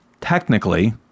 technically